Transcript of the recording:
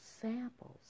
samples